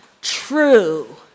true